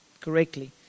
correctly